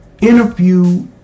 interview